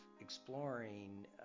exploring